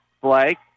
Blake